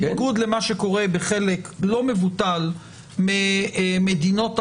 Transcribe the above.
בניגוד למה שקורה בחלק לא מבוטל ממדינות העולם,